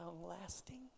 long-lasting